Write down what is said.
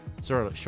Sorry